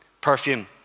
perfume